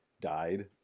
died